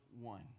one